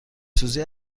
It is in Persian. سوزی